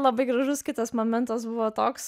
labai gražus kitas momentas buvo toks